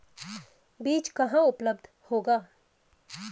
बीज कहाँ उपलब्ध होगा?